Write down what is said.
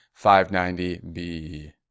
590b